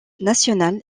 national